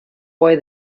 why